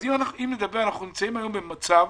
אנחנו נמצאים היום במצב